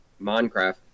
Minecraft